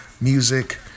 music